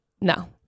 No